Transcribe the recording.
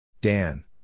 Dan